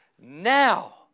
now